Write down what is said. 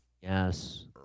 Yes